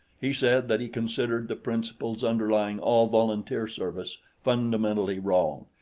he said that he considered the principles underlying all volunteer service fundamentally wrong,